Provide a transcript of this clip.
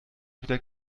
wieder